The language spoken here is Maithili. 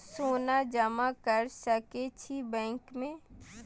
सोना जमा कर सके छी बैंक में?